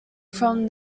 from